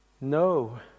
No